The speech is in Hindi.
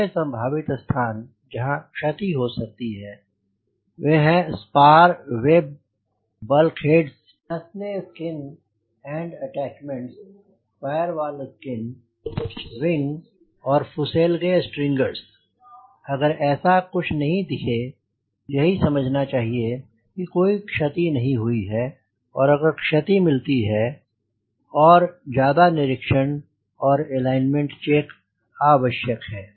दूसरे संभावित स्थान जहां क्षति हो सकती है हुए हैं spar web bulkheads nacelle skin and attachments firewall skin wing और फुसेलगे स्ट्रिंगर्स अगर ऐसा कुछ नहीं दिखे यही समझना चाहिए कि कोई क्षति नहीं हुई है और अगर क्षति मिलती है और ज्यादा निरीक्षण और एलाइनमेंट चेक आवश्यक है